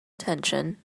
attention